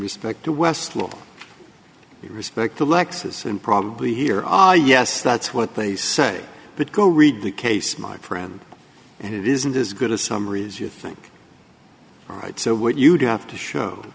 respect to west look we respect the lexus and probably here i yes that's what they say but go read the case my friend and it isn't as good as summaries you think all right so what you'd have to show